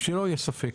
ושלא יהיה ספק.